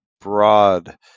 broad